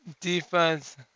defense